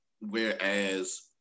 whereas